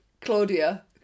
Claudia